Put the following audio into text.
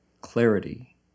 clarity